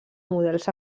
models